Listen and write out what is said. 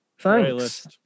thanks